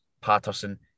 Patterson